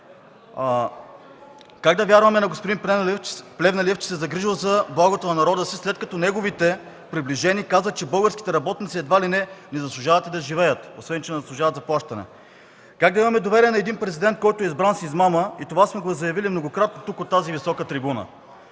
Как да вярваме на господин Плевнелиев, че се е загрижил за благото на народа си, след като неговите приближени казват, че българските работници едва ли не не заслужават и да живеят, освен че не заслужават заплащане?! Как да имаме доверие на един президент, който е избран с измама? И това сме го заявявали многократно от тази висока трибуна!